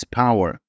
power